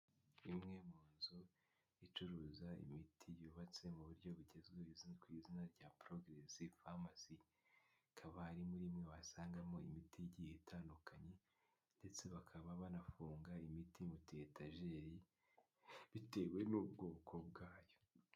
Imwe mu inzu icuruza imiti yubatse mu buryo bugezweho rizwi ku izina rya progress pharmacy ikaba ari muri imwe wasangamo imiti igihe itandukanye ndetse bakaba banafunga imiti mutuyetajeri bitewe n'ubwoko bwayo.